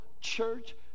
church